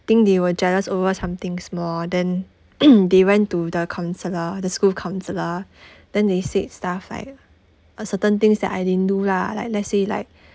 think they were jealous over something small then they went to the counsellor the school counsellor then they said stuff like a certain things that I didn't do lah like let's say like